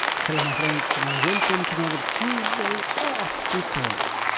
hello my friends and welcome to another tuesday of tutorial!